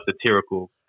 satirical